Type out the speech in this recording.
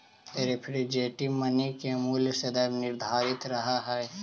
representative money के मूल्य सदैव निर्धारित रहऽ हई